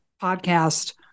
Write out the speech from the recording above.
podcast